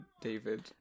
David